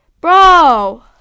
Bro